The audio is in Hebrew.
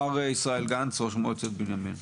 מר ישראל גנץ, ראש מועצה אזורית בנימין.